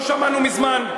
לא שמענו מזמן.